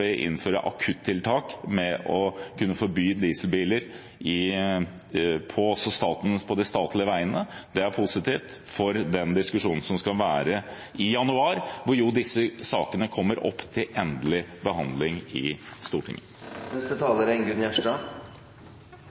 på de statlige veiene. Det er positivt for den diskusjonen som skal være i januar, da disse sakene kommer til endelig behandling i Stortinget.